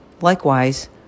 Likewise